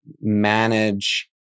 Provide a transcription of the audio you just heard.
manage